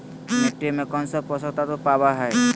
मिट्टी में कौन से पोषक तत्व पावय हैय?